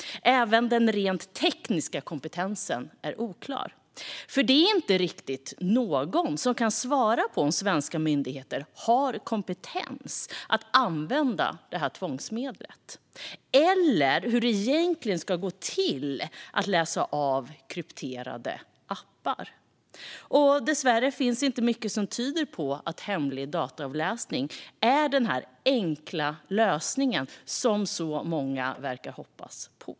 Även den rent tekniska kompetensen är oklar. Det är inte riktigt någon som kan svara på om svenska myndigheter har kompetens att använda det här tvångsmedlet eller hur det egentligen ska gå till att läsa av krypterade appar. Dessvärre finns det inte mycket som tyder på att hemlig dataavläsning är den enkla lösning som så många verkar hoppas på.